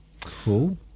cool